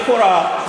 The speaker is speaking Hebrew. לכאורה,